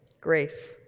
Grace